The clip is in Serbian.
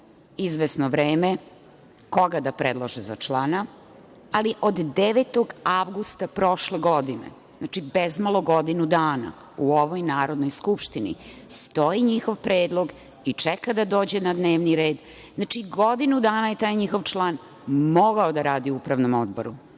izvesno vreme koga da predlože za člana, ali od 9. avgusta prošle godine, znači bezmalo godinu dana u ovoj Narodnoj skupštini, stoji njihov predlog i čeka da dođe na dnevni red. Znači, godinu dana je taj njihov član mogao da radi u upravnom odboru